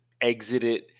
exited